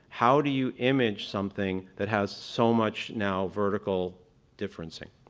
how do you image something that has so much, now, vertical differencing?